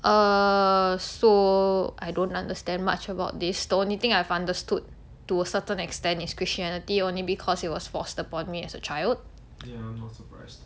err so I don't understand much about this the only thing I've understood to a certain extent is christianity only because it was forced upon me as a child